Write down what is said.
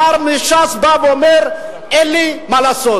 שר מש"ס בא ואומר: אין לי מה לעשות.